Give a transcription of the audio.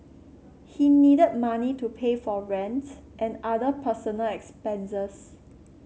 he needed money to pay for rent and other personal expenses